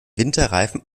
winterreifen